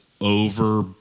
over